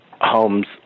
homes